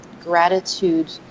gratitude